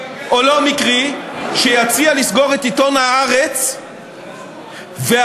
או לא מקרי, שיציע לסגור את עיתון "הארץ", ואתה,